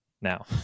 now